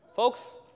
Folks